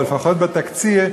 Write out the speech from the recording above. לפחות בתקציר,